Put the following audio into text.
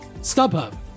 StubHub